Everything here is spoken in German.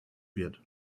wird